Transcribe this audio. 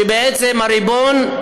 שבעצם הריבון,